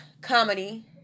comedy